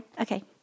Okay